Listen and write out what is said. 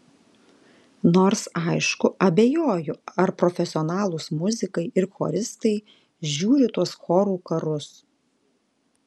nors aišku abejoju ar profesionalūs muzikai ir choristai žiūri tuos chorų karus